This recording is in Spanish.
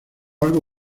algo